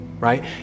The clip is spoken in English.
Right